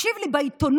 תקשיב לי, בעיתונות,